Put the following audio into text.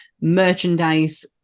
merchandise